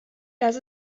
das